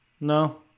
No